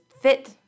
fit